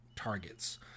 targets